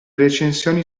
recensioni